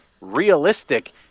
realistic